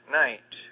night